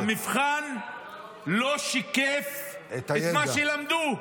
אני אומר לך: המבחן לא שיקף את שלמדו.